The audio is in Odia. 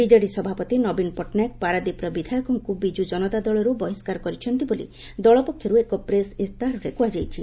ବିଜେଡ଼ି ସଭାପତି ନବୀନ ପଟ୍ଟନାୟକ ପାରାଦ୍ୱୀପର ବିଧାୟକଙ୍କୁ ବିଜୁ ଜନତଳ ଦଳରୁ ବହିଷ୍କାର କରିଛନ୍ତି ବୋଳି ଦଳପକ୍ଷରୁ ଏକ ପ୍ରେସ୍ ଇସ୍ତାହାରରେ କୁହାଯାଇଛି